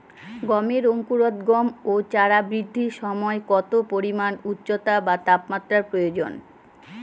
গমের অঙ্কুরোদগম ও চারা বৃদ্ধির সময় কত পরিমান উষ্ণতা বা তাপমাত্রা প্রয়োজন?